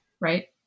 right